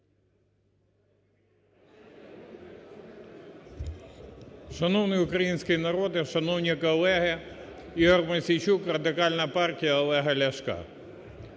Шановний український народе, шановні колеги! Ігор Мосійчук, Радикальна партія Олега Ляшка.